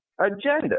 agenda